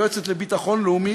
היועצת לביטחון לאומי,